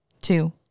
two